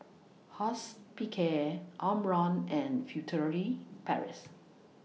Hospicare Omron and Furtere Paris